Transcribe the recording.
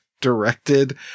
directed